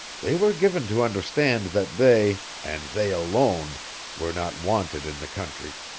they were given to understand that they and they alone were not wanted in the country.